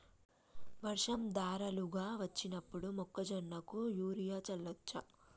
వర్షం ధారలుగా వచ్చినప్పుడు మొక్కజొన్న కు యూరియా చల్లచ్చా?